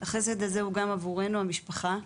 החסד הזה הוא גם עבורנו המשפחה.